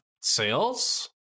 sales